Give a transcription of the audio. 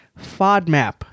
FODMAP